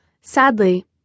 Sadly